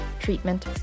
treatment